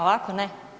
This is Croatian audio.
Ovako ne.